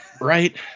Right